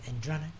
Andronic